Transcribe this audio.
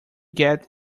get